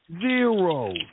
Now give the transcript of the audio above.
zero